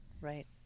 right